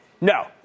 No